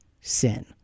sin